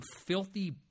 filthy